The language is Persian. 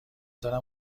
دارم